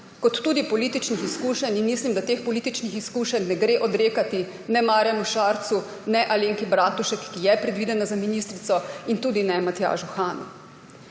kot tudi političnih izkušenj in mislim, da teh političnih izkušenj ne gre odrekati ne Marjanu Šarcu ne Alenki Bratušek, ki je predvidena za ministrico, in tudi ne Matjažu Hanu.